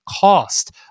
cost